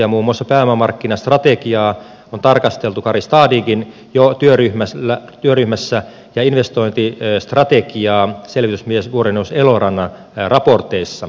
muun muassa pääomamarkkinastrategiaa on tarkasteltu kari stadighin työryhmässä ja investointistrategiaa selvitysmies vuorineuvos elorannan raporteissa